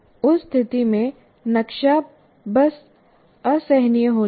उस स्थिति में नक्शा बस असहनीय हो जाएगा